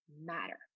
matter